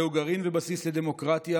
זהו גרעין ובסיס לדמוקרטיה.